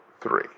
three